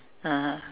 (uh huh)